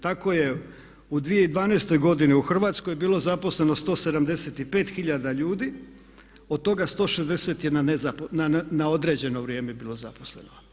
Tako je u 2012. godini u Hrvatskoj bilo zaposleno 175 tisuća ljudi, od toga 160 na određeno vrijeme bilo zaposleno.